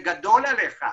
זה גדול עליך,